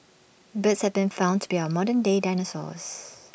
birds have been found to be our modern day dinosaurs